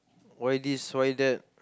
why this why that